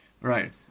Right